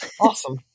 awesome